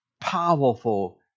powerful